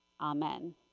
Amen